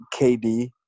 KD